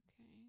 Okay